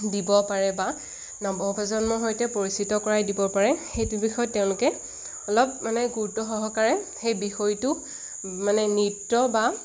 দিব পাৰে বা নৱ প্ৰ্ৰজন্মৰ সৈতে পৰিচিত কৰাই দিব পাৰে সেইটোৰ বিষয়ত তেওঁলোকে অলপ মানে গুৰুত্ব সহকাৰে সেই বিষয়টো মানে নৃত্য বা